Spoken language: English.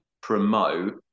promote